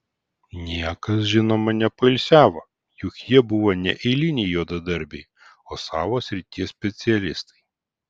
niekas žinoma nepoilsiavo juk jie buvo ne eiliniai juodadarbiai o savo srities specialistai